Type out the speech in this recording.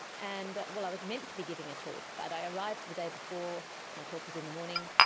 and, well, i was meant to be giving a talk but i arrived the day before, because my talk was in the morning,